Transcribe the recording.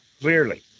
clearly